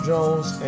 Jones